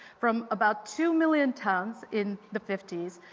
from about two million tons in the fifty s,